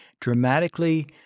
dramatically